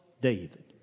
David